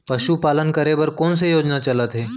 पशुपालन करे बर कोन से योजना चलत हे?